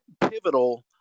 pivotal